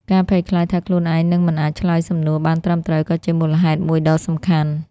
ការភ័យខ្លាចថាខ្លួនឯងនឹងមិនអាចឆ្លើយសំណួរបានត្រឹមត្រូវក៏ជាមូលហេតុមួយដ៏សំខាន់។